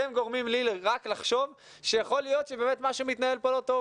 אתם גורמים לי רק לחשוב שיכול להיות שמה שמתנהל פה לא טוב.